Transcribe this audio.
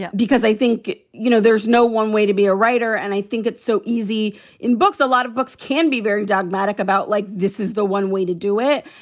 yeah because i think, you know, there's no one way to be a writer. and i think it's so easy in books. a lot of books can be very dogmatic about like this is the one way to do it.